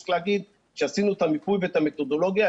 צריך להגיד שעשינו את המיפוי ואת המתודולוגיה.